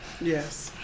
Yes